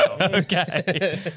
Okay